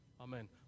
Amen